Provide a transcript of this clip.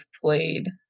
played